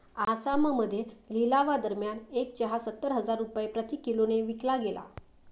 आसाममध्ये लिलावादरम्यान एक चहा सत्तर हजार रुपये प्रति किलोने विकला गेला